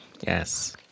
Yes